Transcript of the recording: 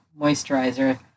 moisturizer